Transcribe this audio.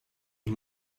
and